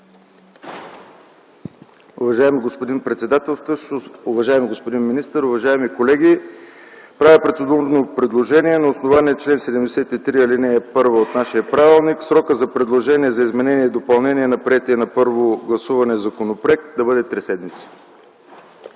Уважаеми господин председател, уважаеми господин министър, уважаеми колеги! Правя процедурно предложение на основание чл. 73, ал. 1 от нашия правилник срокът за предложения, за изменения и допълнения на приетия на първо гласуване законопроект да бъде три седмици.